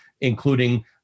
including